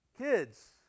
kids